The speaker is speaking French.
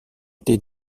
été